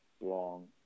long